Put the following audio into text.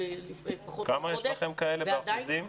כמה מקרים כאלה יש לכם באחוזים?